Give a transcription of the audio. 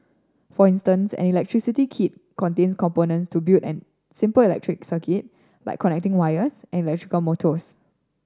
for instance an electricity kit contains components to build an simple electric circuit like connecting wires and electrical motors